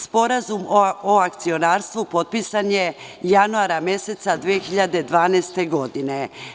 Sporazum o akcionarstvu potpisan je januara meseca 2012. godine.